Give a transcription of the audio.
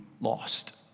lost